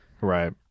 Right